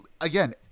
again